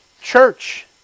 Church